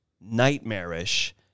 nightmarish